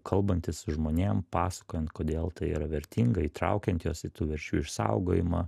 kalbantis su žmonėm pasakojant kodėl tai yra vertinga įtraukiant juos į tų verčių išsaugojimą